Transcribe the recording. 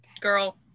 Girl